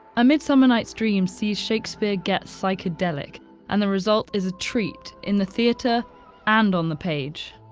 a midsummer's night's dream sees shakespeare get psychedelic and the result is a treat in the theatre and on the page.